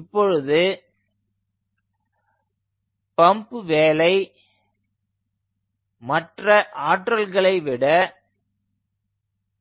இப்பொழுது பம்ப் வேலை மற்ற ஆற்றல்களை விட